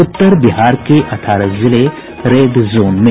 उत्तर बिहार के अठारह जिले रेड जोन में